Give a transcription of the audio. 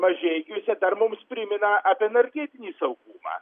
mažeikiuose dar mums primena apie energetinį saugumą